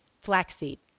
flaxseed